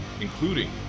including